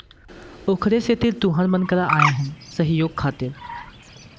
ओखरे सेती तुँहर मन करा आए हन सहयोग खातिर